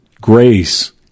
grace